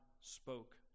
spoke